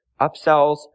upsells